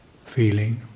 feeling